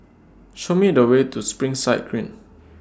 Show Me The Way to Springside Green